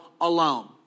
alone